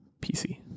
pc